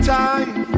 time